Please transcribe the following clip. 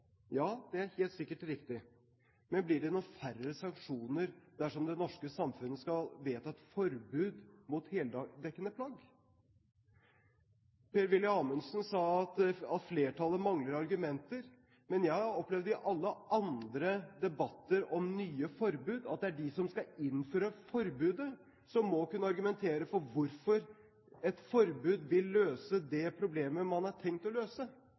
Ja, det er helt sikkert riktig, men blir det noen færre sanksjoner dersom det norske samfunnet skal vedta et forbud mot heldekkende plagg? Per-Willy Amundsen sa at flertallet mangler argumenter, men jeg har opplevd i alle andre debatter om nye forbud at det er de som skal innføre forbudet, som må kunne argumentere for hvorfor et forbud vil løse det problemet man har tenkt å løse.